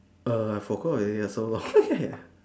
err I forgot already so long ya